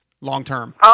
long-term